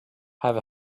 have